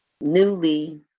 newly